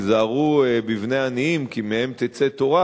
היזהרו בבני עניים כי מהם תצא תורה.